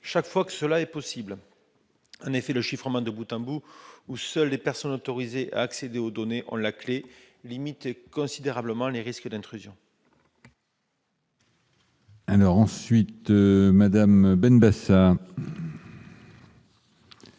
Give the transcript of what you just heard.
chaque fois que cela est possible. En effet, le chiffrement de bout en bout, où seules les personnes autorisées à accéder aux données ont la clef, limite considérablement les risques d'intrusion.